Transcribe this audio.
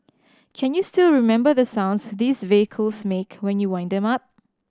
can you still remember the sounds these vehicles make when you wind them up